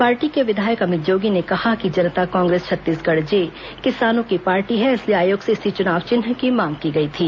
party के विधायक अमित जोगी ने कहा कि जनता कांग्रेस छत्तीसगढ़ जे किसानों की पार्टी है इसलिए आयोग से इसी चुनाव चिन्ह की मांग की गई थी